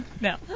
No